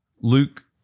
Luke